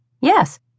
Yes